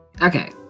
Okay